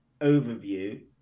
overview